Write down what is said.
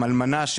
עם אלמנה,